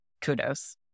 Kudos